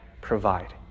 provide